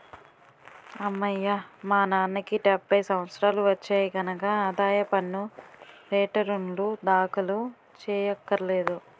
అమ్మయ్యా మా నాన్నకి డెబ్భై సంవత్సరాలు వచ్చాయి కనక ఆదాయ పన్ను రేటర్నులు దాఖలు చెయ్యక్కర్లేదు